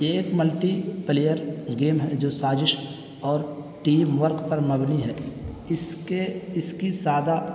ایک multiplayer game ہے جو سازش اور ٹیم ورک پر مبنی ہے اس کے اس کی سادہ